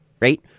right